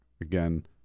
again